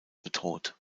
bedroht